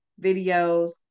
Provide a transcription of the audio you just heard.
videos